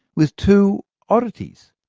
with two oddities.